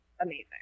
amazing